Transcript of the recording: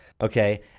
okay